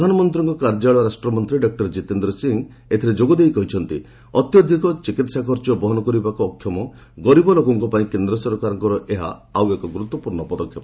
ପ୍ରଧାନମନ୍ତ୍ରୀଙ୍କ କାର୍ଯ୍ୟାଳୟ ରାଷ୍ଟ୍ରମନ୍ତ୍ରୀ ଡକ୍କର ଜିତେନ୍ଦ୍ର ସିଂ ଏଥିରେ ଯୋଗଦେଇ କହିଛନ୍ତି ଅତ୍ୟଧିକ ଚିକିତ୍ସା ଖର୍ଚ୍ଚ ବହନ କରିବାକୁ ଅକ୍ଷମ ଗରିବ ଲୋକଙ୍କ ପାଇଁ କେନ୍ଦ୍ର ସରକାରଙ୍କର ଏହା ଆଉ ଏକ ଗୁରୁତ୍ୱପୂର୍ଣ୍ଣ ପଦକ୍ଷେପ